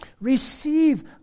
Receive